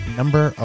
number